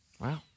Wow